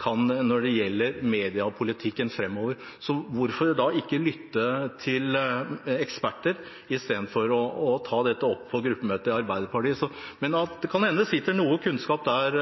kan, når det gjelder mediepolitikken framover. Så hvorfor da ikke lytte til eksperter i stedet for å ta dette opp på gruppemøtet i Arbeiderpartiet? Det kan hende det sitter noe kunnskap der,